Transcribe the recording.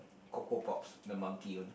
Coco pop the monkey one